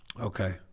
okay